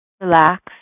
relax